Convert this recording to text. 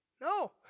No